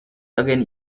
again